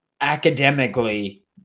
academically